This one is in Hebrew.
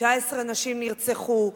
19 נשים נרצחו,